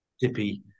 dippy